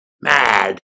mad